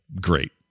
great